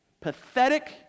pathetic